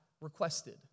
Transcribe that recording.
requested